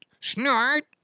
snort